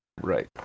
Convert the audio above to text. right